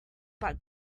but